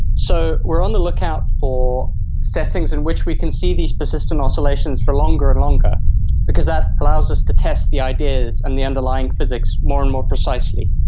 so we are on the lookout for settings in which we can see these persistent oscillations for longer and longer because that allows us to test the ideas and the underlying physics more and more precisely.